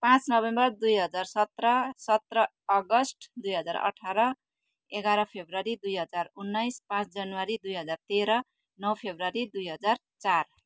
पाँच नोभेम्बर दुई हजार सत्र सत्र अगस्त दुई हजार अठार एघार फेब्रुअरी दुई हजार उन्नाइस पाँच जनवरी दुई हजार तेह्र नौ फेब्रुअरी दुई हजार चार